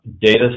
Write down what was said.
data